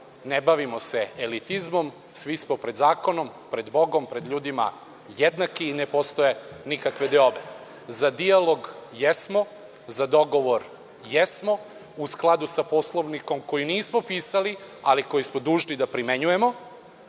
Ne bavimo se elitizmom, svi smo pred zakonom, pred Bogom, pred ljudima jednaki i ne postoje nikakve deobe. Za dijalog jesmo. Za dogovor jesmo u skladu sa Poslovnikom koji nismo pisali, ali koji smo dužni da primenjujemo.